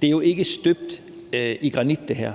Det er jo ikke hugget i granit, det her.